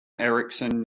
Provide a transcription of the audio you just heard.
ericsson